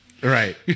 Right